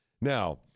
Now